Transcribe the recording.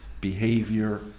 behavior